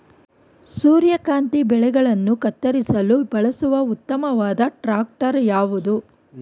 ಸೂರ್ಯಕಾಂತಿ ಬೆಳೆಗಳನ್ನು ಕತ್ತರಿಸಲು ಬಳಸುವ ಉತ್ತಮವಾದ ಟ್ರಾಕ್ಟರ್ ಯಾವುದು?